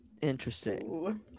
Interesting